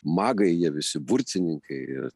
magai jie visi burtininkai ir